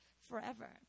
forever